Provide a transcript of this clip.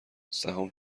سهام